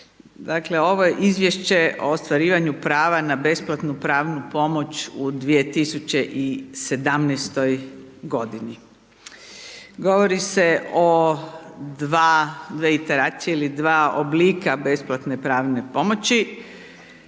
dakle, ovo je Izvješće o ostvarivanju prava na besplatnu pravnu pomoć u 2017.-toj godini. Govori se o dva, dvije interakcije ili